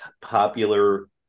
popular